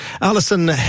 Alison